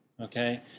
okay